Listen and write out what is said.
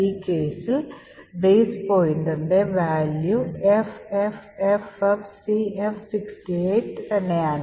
ഈ കേസിൽ base pointerൻറെ value ffffcf68 തന്നെയാണ്